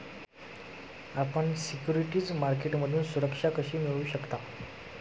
आपण सिक्युरिटीज मार्केटमधून सुरक्षा कशी मिळवू शकता?